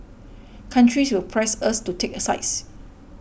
countries will press us to take a sides